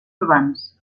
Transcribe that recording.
urbans